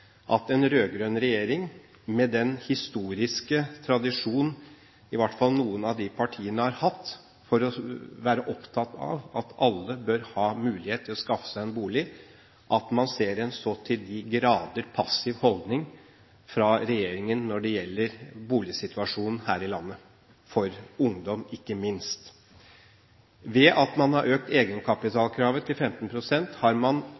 at en rød-grønn regjering, med den historiske tradisjon i hvert fall noen av disse partiene har hatt for å være opptatt av at alle bør ha mulighet til å skaffe seg en bolig, har en så til de grader passiv holdning når det gjelder boligsituasjonen her i landet, ikke minst for ungdom. Ved at man har økt egenkapitalkravet til 15 pst., har man